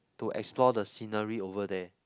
to explore the scenery over there